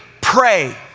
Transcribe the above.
Pray